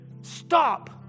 Stop